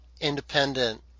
independent